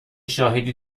شاهدی